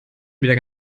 wieder